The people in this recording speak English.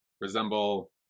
resemble